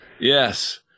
Yes